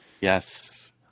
Yes